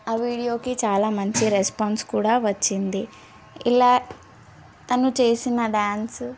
ఆ వీడియోకి చాలా మంచి రెస్పాన్స్ కూడా వచ్చింది ఇలా తను చేసిన డ్యాన్స్